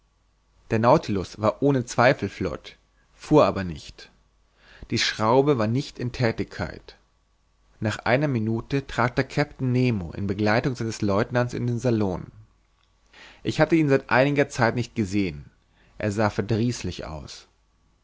der nautilus war ohne zweifel flott fuhr aber nicht die schraube war nicht in thätigkeit nach einer minute trat der kapitän nemo in begleitung seines lieutenants in den salon ich hatte ihn seit einiger zeit nicht gesehen er sah verdrießlich aus